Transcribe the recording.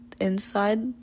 inside